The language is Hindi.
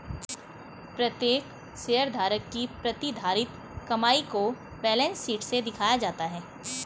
प्रत्येक शेयरधारक की प्रतिधारित कमाई को बैलेंस शीट में दिखाया जाता है